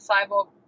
Cyborg